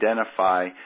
identify